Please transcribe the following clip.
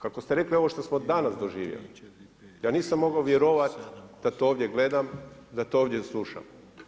Kako ste rekli ovo što smo danas doživjeli ja nisam mogao vjerovati da to ovdje gledam, da to ovdje slušam.